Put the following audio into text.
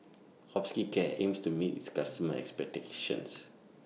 Hospicare aims to meet its customers' expectations